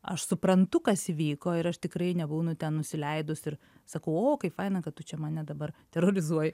aš suprantu kas įvyko ir aš tikrai nebūnu ten nusileidus ir sakau o kaip faina kad tu čia mane dabar terorizuoji